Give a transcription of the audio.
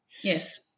Yes